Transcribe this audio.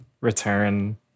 return